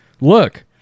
Look